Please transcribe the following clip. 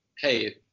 hey